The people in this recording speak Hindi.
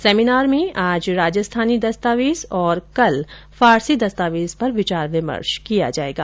सेमिनार में आज राजस्थानी दस्तावेज और कल फारसी दस्तावेज पर विचार विमर्श किया जायेगा